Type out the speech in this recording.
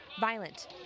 violent